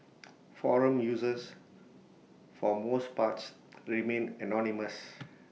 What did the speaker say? forum users for most parts remain anonymous